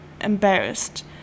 embarrassed